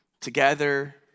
together